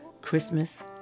Christmas